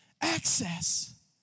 access